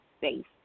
safe